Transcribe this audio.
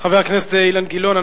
חבר הכנסת אילן גילאון,